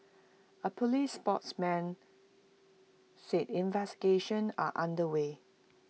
A Police spokesman said investigations are under way